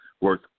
worth